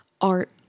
art